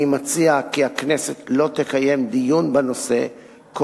אני מציע כי הכנסת לא תקיים דיון בנושא כל